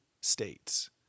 states